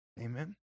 Amen